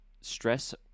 Stress